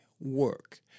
work